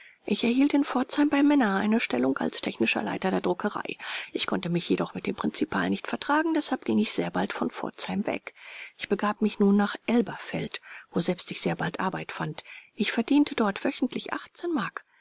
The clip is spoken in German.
ich erhielt in pforzheim bei menner eine stellung als technischer leiter der druckerei ich konnte mich jedoch mit dem prinzipal nicht vertragen deshalb ging ich sehr bald von pforzheim weg ich begab mich nun nach elberfeld woselbst ich sehr bald arbeit fand ich verdiente dort wöchentlich mark